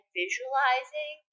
visualizing